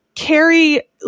Carrie